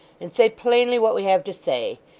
and say plainly what we have to say.